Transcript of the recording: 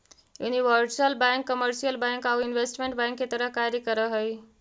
universal bank commercial bank आउ investment bank के तरह कार्य कर हइ